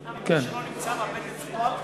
מי שלא נמצא מאבד את זכות הדובר.